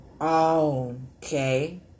okay